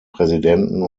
präsidenten